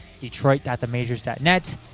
Detroit.TheMajors.net